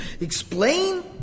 Explain